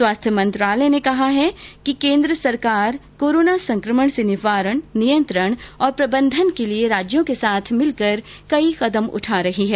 स्वास्थ्य मंत्रालय ने कहा है कि केन्द्र सरकार कोरोना संकमण के निवारण नियंत्रण और प्रबंधन के लिए राज्यों के साथ मिलकर कई कदम उठा रही है